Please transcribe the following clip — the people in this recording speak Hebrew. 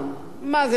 מה זה משנה?